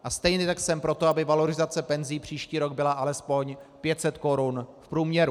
A stejně tak jsem pro to, aby valorizace penzí příští rok byla alespoň 500 korun v průměru.